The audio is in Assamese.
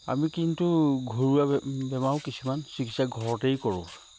আমি কিন্তু ঘৰুৱা বেমাৰো কিছুমান চিকিৎসা ঘৰতেই কৰোঁ